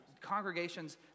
congregations